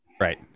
Right